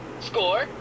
Score